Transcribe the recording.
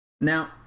Now